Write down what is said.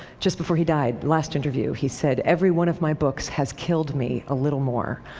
just before he died, last interview, he said, every one of my books has killed me a little more.